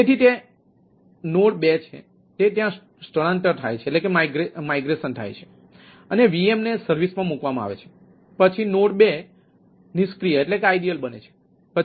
તેથી તે નોડ 2 છે તે ત્યાં સ્થળાંતર બનાવવામાં આવે છે